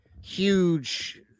huge